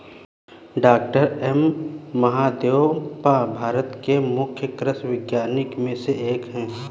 doctor M Mahadevappa Bharat के प्रमुख कृषि वैज्ञानिकों में से एक हैं